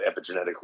epigenetically